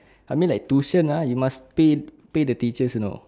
I mean like tuition ah you must pay pay the teachers you know